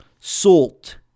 Salt